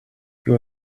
your